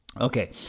Okay